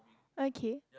okay